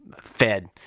Fed